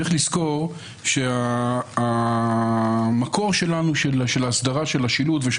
צריך לזכור שמקור האסדרה של השילוט ושל